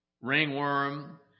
ringworm